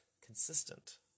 consistent